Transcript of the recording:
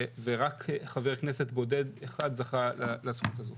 ורק חבר כנסת בודד אחד זכה לזכות הזו.